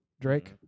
Drake